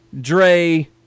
Dre